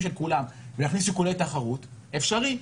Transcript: של כולם ולהכניס שיקולי תחרות זה אפשרי.